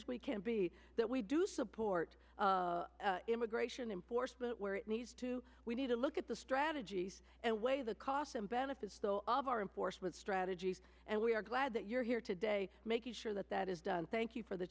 as we can be that we do support immigration enforcement where it needs to we need to look at the strategies and weigh the costs and benefits though of our imports with strategies and we are glad that you're here today making sure that that is done thank you for the